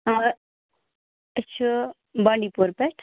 آ أسۍ چھِ بانٛڈی پوٗر پٮ۪ٹھ